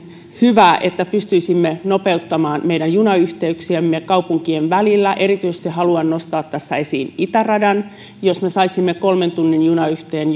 hyvä että pystyisimme nopeuttamaan meidän junayhteyksiämme kaupunkien välillä erityisesti haluan nostaa tässä esiin itäradan jos me saisimme kolmen tunnin junayhteyden